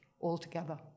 altogether